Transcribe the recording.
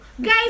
Guys